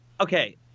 okay